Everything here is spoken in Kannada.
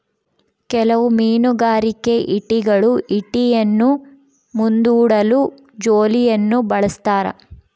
ಕೆಲವು ಮೀನುಗಾರಿಕೆ ಈಟಿಗಳು ಈಟಿಯನ್ನು ಮುಂದೂಡಲು ಜೋಲಿಯನ್ನು ಬಳಸ್ತಾರ